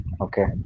Okay